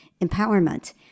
empowerment